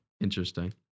interesting